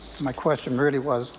my question really was,